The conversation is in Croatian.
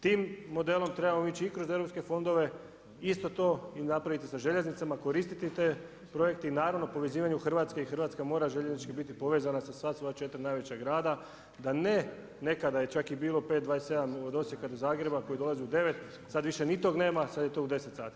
Tim modelom trebamo ići i kroz europske fondove, isto to napraviti i sa željeznicama, koristi te projekte i naravno povezivanju Hrvatske i Hrvatska mora željeznički biti povezana sa sva svoja 4 najveća grada da ne, nekada je čak i bilo 527 od Osijeka do Zagreba koji dolazi u 9, sada više ni tog nema, sada je to u 10 sati.